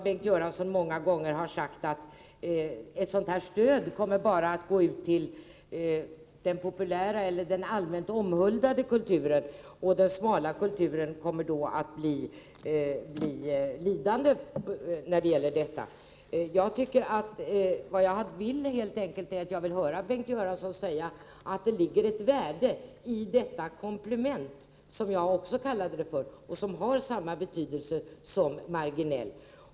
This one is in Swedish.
Bengt Göransson har många gånger förklarat att ett sådant här stöd kommer att gå enbart till den populära och allmänt omhuldade kulturen och att den smala kulturen kommer att bli lidande. Men jag vill höra Bengt Göransson säga att det ligger ett värde i detta komplement, ett ord som också jag använde och som har samma betydelse som ordet marginell.